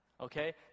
okay